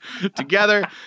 together